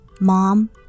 Mom